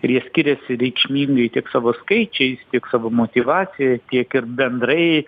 ir jie skiriasi reikšmingai tiek savo skaičiais tiek savo motyvacija tiek ir bendrai